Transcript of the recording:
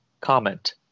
comment